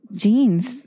jeans